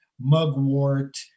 mugwort